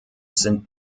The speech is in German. sind